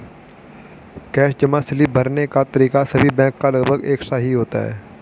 cash जमा slip भरने का तरीका सभी बैंक का लगभग एक सा ही होता है